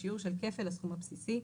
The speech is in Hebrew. בשיעור של כפל הסכום הבסיסי.